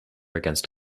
against